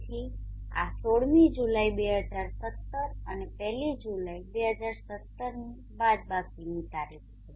તેથી આ 16મી જુલાઈ 2017 અને 1લી જાન્યુઆરી 2017ની બાદબાકીની તારીખ છે